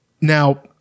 now